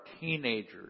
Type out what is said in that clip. teenagers